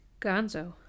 gonzo